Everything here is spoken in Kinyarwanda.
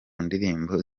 ndirimbo